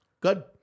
Good